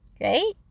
right